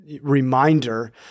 reminder